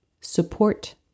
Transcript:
support